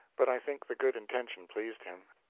but i think the good intention pleased him.